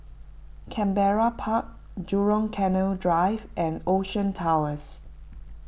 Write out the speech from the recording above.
Canberra Park Jurong Canal Drive and Ocean Towers